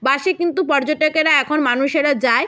বাসে কিন্তু পর্যটকেরা এখন মানুষেরা যায়